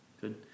Good